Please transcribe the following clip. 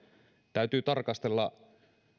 täytyy tarkastella